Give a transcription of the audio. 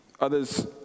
others